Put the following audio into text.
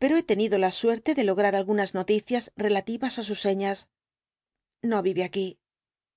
pero he tenido la suerte de lograr algunas noticias relativas á sus señas no vive aquí